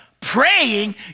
praying